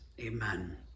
Amen